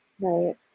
Right